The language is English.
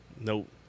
Nope